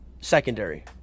secondary